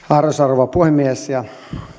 arvoisa rouva puhemies